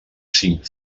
cinc